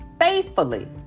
faithfully